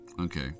Okay